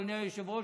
אדוני היושב-ראש,